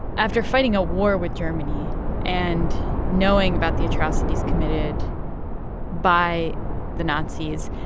after fighting a war with germany and knowing about the atrocities committed by the nazis,